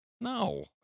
No